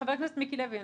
--- חבר הכנסת מיקי לוי.